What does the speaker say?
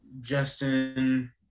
Justin